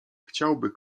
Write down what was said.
chciałby